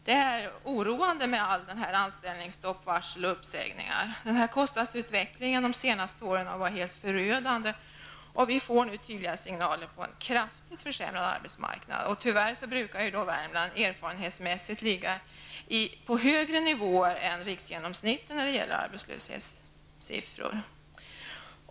Det är oroande med allt fler anställningsstopp, varsel och uppsägningar. Kostnadsutvecklingen under de senaste åren har varit helt förödande, och vi får nu tydliga signaler på en kraftigt försämrad arbetsmarknad. Tyvärr brukar Värmland erfarenhetsmässigt ligga på en högre nivå än riksgenomsnittet när det gäller arbetslöshetssiffror.